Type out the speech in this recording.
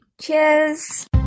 cheers